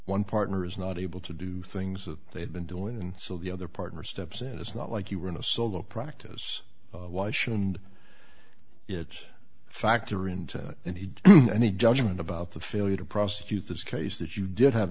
one partner is not able to do things that they've been doing and so the other partner steps in it's not like you were in a solo practice why should and it factor into that and he did any judgment about the failure to prosecute this case that you did have